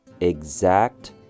exact